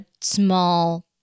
small